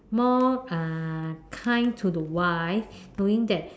more uh kind to the wife knowing that